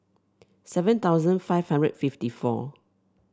seven thousand five hundred fifty four